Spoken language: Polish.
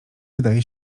wydaje